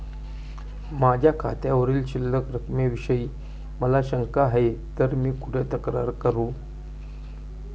माझ्या खात्यावरील शिल्लक रकमेविषयी मला शंका आहे तर मी कुठे तक्रार करू?